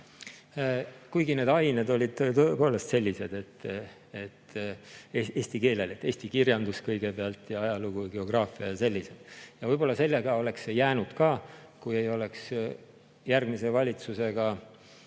Kuigi need ained olid tõepoolest sellised, et eesti keel ja eesti kirjandus kõigepealt ja siis ajalugu, geograafia ja sellised. Võib-olla sellega oleks see jäänud ka, kui ei oleks järgmise valitsusega